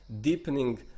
deepening